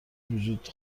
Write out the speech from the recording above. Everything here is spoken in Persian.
وجود